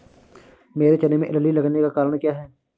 मेरे चने में इल्ली लगने का कारण क्या है?